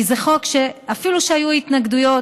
כי זה חוק שאפילו שהיו התנגדויות,